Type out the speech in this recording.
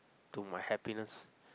to my happiness